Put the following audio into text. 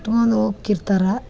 ಕಟ್ಕೊಂದ ಹೋಕ್ಕಿರ್ತಾರ